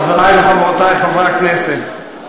חברי וחברותי חברי הכנסת,